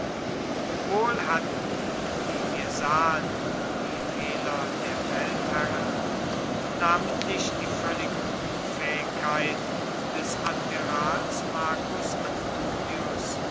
wohl hatten wie wir sahen die fehler der feldherren namentlich die völlige unfähigkeit des admirals marcus antonius